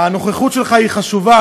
הנוכחות שלך היא חשובה,